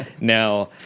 Now